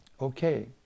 Okay